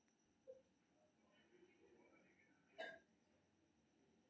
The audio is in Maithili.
हर साल फरवरी के पहिल कार्य दिवस कें बजट पेश कैल जाइ छै